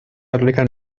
católica